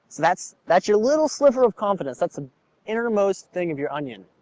that's that's your little sliver of confidence, that's the innermost thing of your onion.